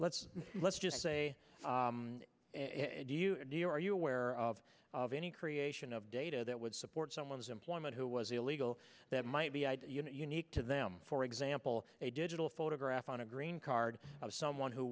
let's let's just say do you do you are you aware of any creation of data that would support someone's employment who was illegal that might be i unique to them for example a digital photograph on a green card of someone who